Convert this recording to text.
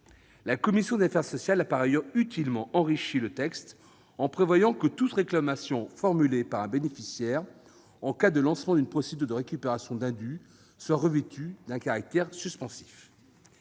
La commission des affaires sociales a par ailleurs utilement enrichi le texte, en prévoyant que toute réclamation formulée par un bénéficiaire en cas de lancement d'une procédure de récupération d'indu soit revêtue d'un caractère suspensif.